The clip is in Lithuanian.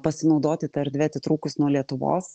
pasinaudoti ta erdve atitrūkus nuo lietuvos